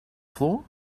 floor